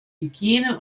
hygiene